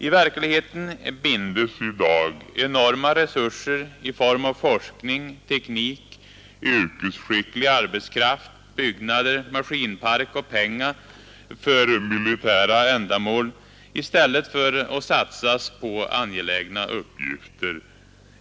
I verkligheten bindes i dag enorma resurser i form av forskning, teknik, yrkesskicklig arbetskraft, byggnader, maskinpark och pengar för militära ändamål i stället för att satsas på angelägna uppgifter.